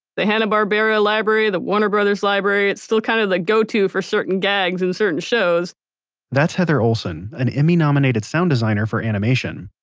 the hanna-barbera library, the warner brothers library, it's still kind of the go to for certain gags, and certain shows that's heather olsen, an emmy-nominated sound designer for animation.